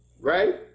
right